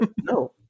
no